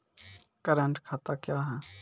Current खाता क्या हैं?